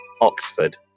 oxford